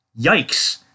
yikes